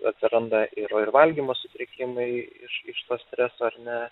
atsiranda ir ir valgymo sutrikimai iš iš to streso ar ne